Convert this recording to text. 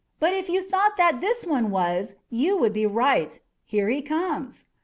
but if you thought that this one was you would be right. here he comes.